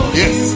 yes